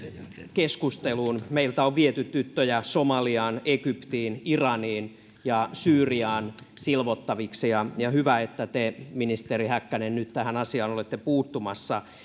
keskusteluun meiltä on viety tyttöjä somaliaan egyptiin iraniin ja syyriaan silvottaviksi ja ja hyvä että te ministeri häkkänen nyt tähän asiaan olette puuttumassa